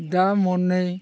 दा मननै